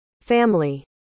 family